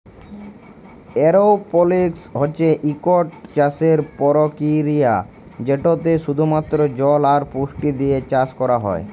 এরওপলিক্স হছে ইকট চাষের পরকিরিয়া যেটতে শুধুমাত্র জল আর পুষ্টি দিঁয়ে চাষ ক্যরা হ্যয়